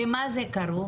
במה זה כרוך